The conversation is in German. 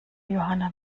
johanna